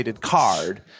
card